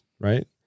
right